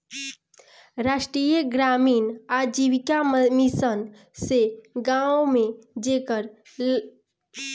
राष्ट्रीय ग्रामीण आजीविका मिशन से गांव में जेकरी लगे रोजगार नईखे ओके काम देहल हवे